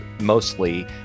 mostly